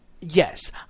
Yes